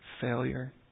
failure